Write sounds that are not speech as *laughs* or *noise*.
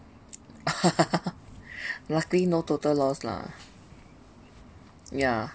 *laughs* luckily no total loss lah ya